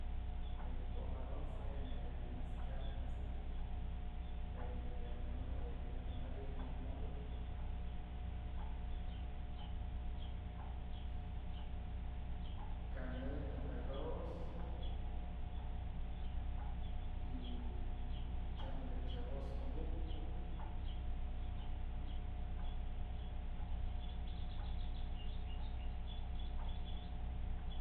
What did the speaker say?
Je'e pop arrox je'e na'a ya myas kabyë ukpyë jue nak yë yajmëdunëy yaj makayëy mëdë mole kanë mëdë arroz y chyam leche arroz muk ukpë.